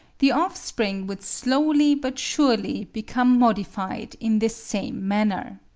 the offspring would slowly but surely become modified in this same manner.